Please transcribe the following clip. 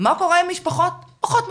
מה קורה עם משפחות פחות מפורסמות,